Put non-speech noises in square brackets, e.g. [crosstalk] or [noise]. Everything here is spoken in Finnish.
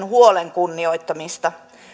[unintelligible] huolen kunnioittamista